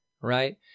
right